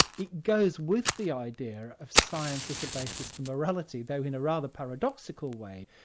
it goes with the idea of science as a basis for morality, though in a rather paradoxical way.